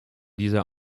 dieser